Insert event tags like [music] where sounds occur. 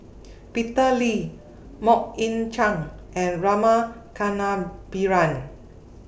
[noise] Peter Lee Mok Ying Jang and Rama Kannabiran